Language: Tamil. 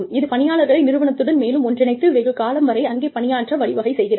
இது பணியாளர்களை நிறுவனத்துடன் மேலும் ஒன்றிணைத்து வெகு காலம் வரை அங்கே பணியாற்ற வழிவகை செய்கிறது